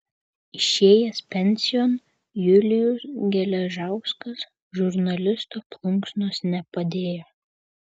išėjęs pensijon julius geležauskas žurnalisto plunksnos nepadėjo